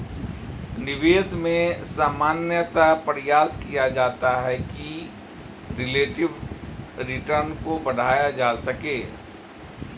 निवेश में सामान्यतया प्रयास किया जाता है कि रिलेटिव रिटर्न को बढ़ाया जा सके